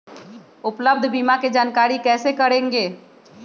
उपलब्ध बीमा के जानकारी कैसे करेगे?